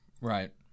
right